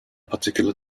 particular